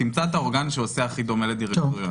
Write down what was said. תמצא את האורגן שעושה הכי דומה לדירקטוריון.